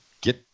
get